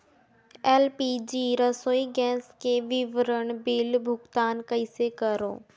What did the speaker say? LPG रसोई gas के विवरण बिल भुगतान कइसे करों?